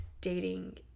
dating